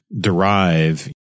derive